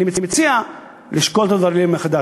אני מציע גם לוועדה לשקול את הדברים מחדש.